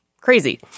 crazy